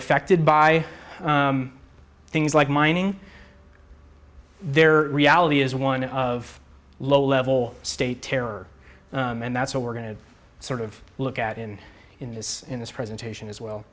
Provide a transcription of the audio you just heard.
affected by things like mining their reality is one of low level state terror and that's what we're going to sort of look at in in this in this presentation as well